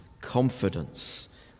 confidence